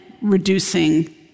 reducing